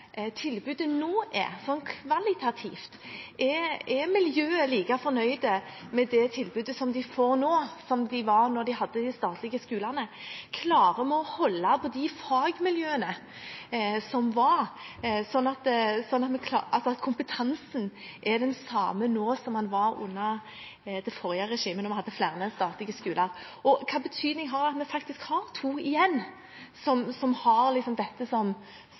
er nå, sånn kvalitativt. Er miljøet like fornøyd med det tilbudet de får nå, som de var da de hadde de statlige skolene? Klarer vi å holde på de fagmiljøene som var, slik at kompetansen er den samme nå som den var under det forrige regimet da vi hadde flere statlige skoler? Og hva slags betydning har det at vi faktisk har to igjen, som fortsatt er statlig eid, og som